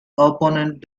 opponent